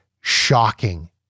shocking